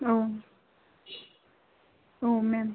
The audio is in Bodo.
औ औ मेम